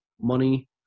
money